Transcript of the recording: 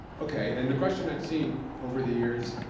okay, and the question i've seen over the years,